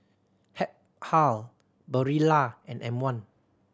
Habhal Barilla and M One